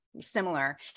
similar